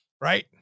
Right